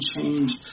change